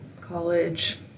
college